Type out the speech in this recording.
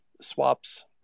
swaps